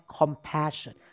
compassion